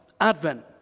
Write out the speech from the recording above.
Advent